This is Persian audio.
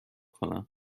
کنم